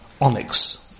onyx